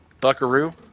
buckaroo